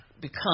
become